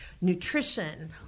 Nutrition